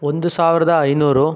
ಒಂದು ಸಾವಿರದ ಐನೂರು